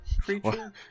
creature